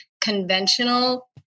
conventional